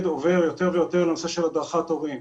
עובר יותר ויותר לנושא של הדרכת הורים.